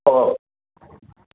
O